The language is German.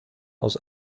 aus